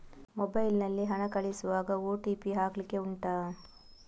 mobile ನಲ್ಲಿ ಹಣ ಕಳಿಸುವಾಗ ಓ.ಟಿ.ಪಿ ಹಾಕ್ಲಿಕ್ಕೆ ಉಂಟಾ